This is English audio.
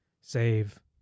save